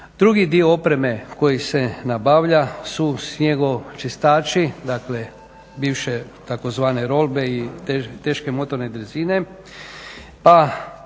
Drugi dio opreme koji se nabavlja su snjegočistači, dakle bivše tzv. rolbe i teške motorne drezine